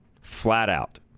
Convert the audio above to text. flat-out